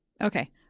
Okay